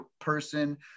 person